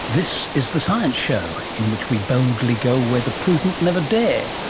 this is the science show, in which we boldly go where the prudent never dare.